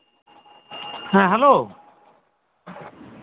ᱦᱮᱸ ᱦᱮᱞᱳ